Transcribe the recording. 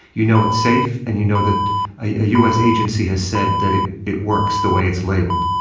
you know it's safe, and you know that a u. s. agency has said that it it works the way it's labeled.